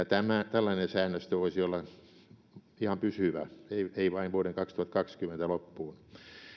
tämä tällainen säännöstö voisi olla ihan pysyvä ei ei vain vuoden kaksituhattakaksikymmentä loppuun